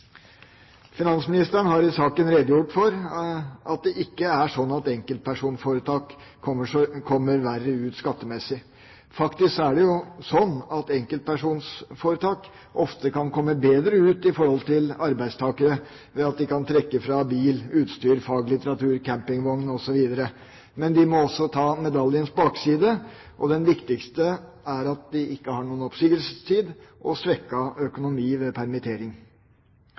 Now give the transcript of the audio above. Finansministeren har i saken redegjort for at det ikke er slik at enkeltpersonforetak kommer verre ut skattemessig. Faktisk er det jo slik at enkeltpersonforetak ofte kan komme bedre ut i forhold til arbeidstakere ved at de kan trekke fra utgifter til bil, utstyr, faglitteratur, campingvogn osv. Men de må også ta medaljens bakside, og det viktigste er at de ikke har noen oppsigelsestid og får svekket økonomi ved permittering.